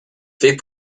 fait